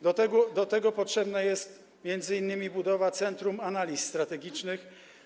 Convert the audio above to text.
Do tego potrzebna jest m.in. budowa centrum analiz strategicznych.